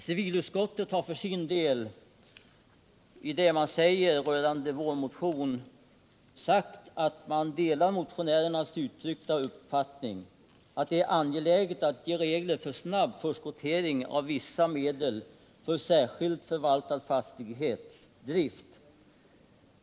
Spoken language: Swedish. Civilutskottet har för sin del sagt rörande vår motion: ”Utskottet delar motionärernas uttryckta uppfattning att det är angeläget att ge regler för snabb förskottering av vissa medel för särskilt förvaltad fastighetsdrift.